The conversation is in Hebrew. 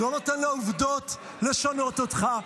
לא נותן לעובדות לשנות אותך.